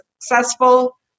successful